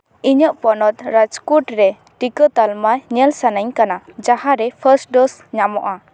ᱤᱧᱟᱹᱜ ᱯᱚᱱᱚᱛ ᱨᱟᱡᱽᱠᱳᱨᱴ ᱨᱮ ᱴᱤᱠᱟᱹ ᱛᱟᱞᱢᱟ ᱧᱮᱞ ᱥᱟᱱᱟᱧ ᱠᱟᱱᱟ ᱡᱟᱦᱟᱸ ᱨᱮ ᱯᱷᱟᱥᱴ ᱰᱳᱥ ᱧᱟᱢᱚᱜᱼᱟ